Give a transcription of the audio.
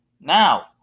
Now